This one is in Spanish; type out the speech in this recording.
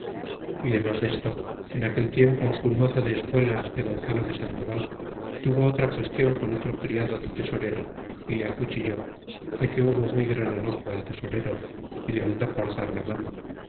y demas desto en aquel tiempo un mozo de espuelas de gonzalo de sandoval tuvo otra qüestion con otro criado del tesorero y le acuchilló de que hubo muy gran enojo el tesorero y le mandó cortar la mano